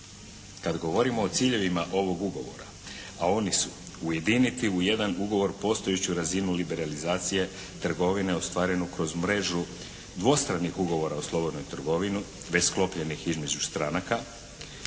Kad govorimo o ciljevima ovog ugovora, a oni su ujediniti u jedan ugovor postojeću razinu liberalizacije trgovine ostvarenu kroz mrežu dvostranih ugovora o slobodnoj trgovini već sklopljenih između stranaka,